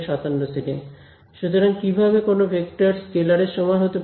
সুতরাং কীভাবে কোনও ভেক্টর স্কেলার এর সমান হতে পারে